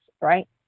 right